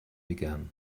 began